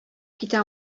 китә